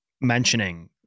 mentioning